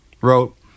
wrote